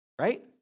right